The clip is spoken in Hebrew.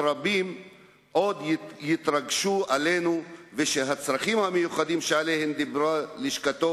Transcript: רבים עוד יתרגשו וש"הצרכים המיוחדים" שעליהם דיברה לשכתו